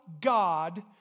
God